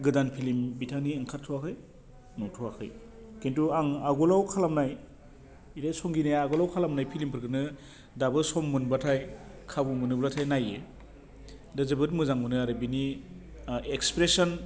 गोदान फिल्म बिथांनि ओंखारथ'वाखै नुथ'वाखै खिन्थु आं आगोलाव खालामनाय बिदिनो संगिनाया आगोलाव खालामनाय फिल्मफोरखौनो दाबो सम मोनबाथाय खाबु मोनोब्लाथाइ नायो दा जोबोद मोजां मोनो आरो बिनि एक्सप्रेसन